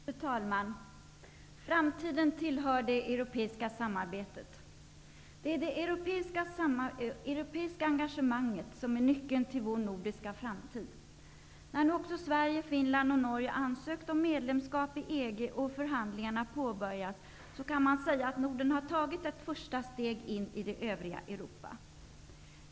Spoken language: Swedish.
Fru talman! Framtiden tillhör det europeiska samarbetet. Det är det europeiska engagemanget som är nyckeln till vår nordiska framtid. När nu också Sverige, Finland och Norge har ansökt om medlemskap i EG och förhandlingarna har påbörjats, kan man säga att Norden har tagit ett första steg in i det övriga Europa.